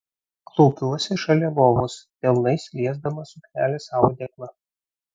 klaupiuosi šalia lovos delnais liesdama suknelės audeklą